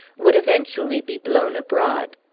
would eventually be blown abroad.